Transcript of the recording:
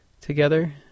Together